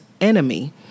enemy